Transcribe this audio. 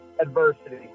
Adversity